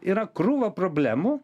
yra krūva problemų